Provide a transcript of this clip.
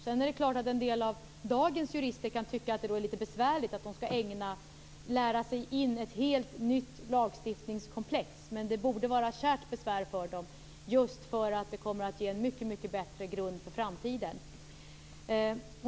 Sedan kan en del av dagens jurister tycka att det är litet besvärligt att de skall lära sig ett helt nytt lagstiftningskomplex, men det borde vara kärt besvär för dem, eftersom det kommer att ge dem en mycket bättre grund för framtiden.